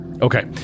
Okay